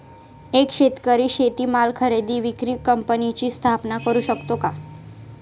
एक शेतकरी शेतीमाल खरेदी विक्री कंपनीची स्थापना करु शकतो का?